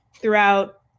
throughout